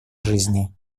жизни